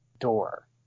door